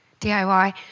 DIY